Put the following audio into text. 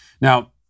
Now